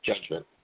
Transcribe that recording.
judgment